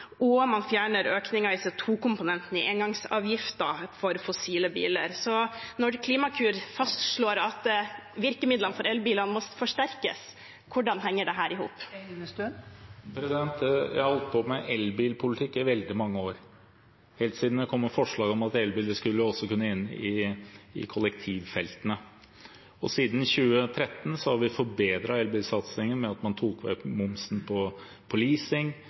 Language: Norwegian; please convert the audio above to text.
og økningen i CO 2 -komponenten i engangsavgiften for fossile biler. Så når Klimakur fastslår at virkemidlene for elbiler må forsterkes, hvordan henger dette i hop? Jeg har holdt på med elbilpolitikk i veldig mange år, helt siden jeg kom med forslag om at elbiler også skulle inn i kollektivfeltene. Siden 2013 har vi forbedret elbilsatsingen ved at vi tok vekk momsen på